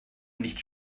nicht